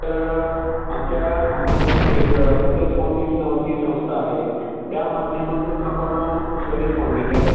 तर आमच्या आमची सं एक स्वदेश फाउंडेशन नावाची संस्था आहे त्या माध्यमातून आपण स्वदेश फाउंडेशन